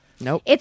Nope